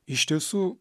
iš tiesų